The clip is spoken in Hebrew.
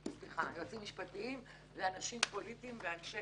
היועצים המשפטיים לאנשים פוליטיים ולאנשי